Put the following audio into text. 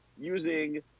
using